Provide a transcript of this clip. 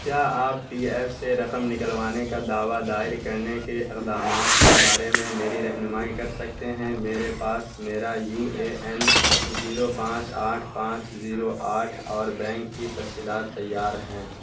کیا آپ P F سے رقم نکلوانے کا دعویٰ دائر کرنے کے اقدامات کے بارے میں میری رہنمائی کر سکتے ہیں میرے پاس میرا یو اے این زیرو پانچ آٹھ پانچ زیرو آٹھ اور بینک کی تفصیلات تیار ہیں